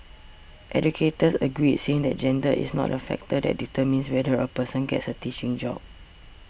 educators agreed saying that gender is not a factor that determines whether a person gets a teaching job